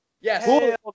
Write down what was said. Yes